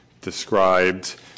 described